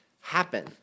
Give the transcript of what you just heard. happen